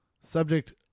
Subject